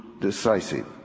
decisive